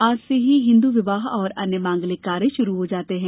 आज से ही हिंदू विवाह और अन्य मांगलिक कार्य शुरू हो जाते हैं